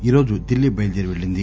ఈరోజు ఢిల్లీ బయలుదేరి పెళ్లింది